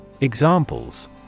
Examples